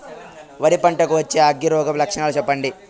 వరి పంట కు వచ్చే అగ్గి రోగం లక్షణాలు చెప్పండి?